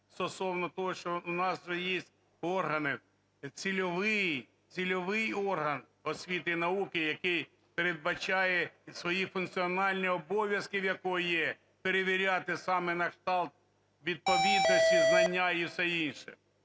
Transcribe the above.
стосовно того, що у нас же є органи, цільовий орган освіти і науки, який передбачає, свої функціональні обов'язки в якого є, перевіряти саме на кшталт відповідності, знання і все інше.